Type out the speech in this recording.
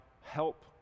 help